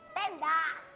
and